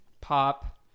pop